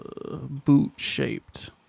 boot-shaped